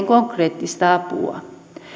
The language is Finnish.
konkreettista apua